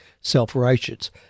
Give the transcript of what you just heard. self-righteous